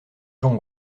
jean